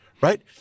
Right